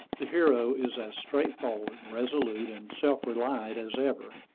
the hero is as straightforward, resolute, and self-reliant as ever.